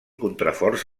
contraforts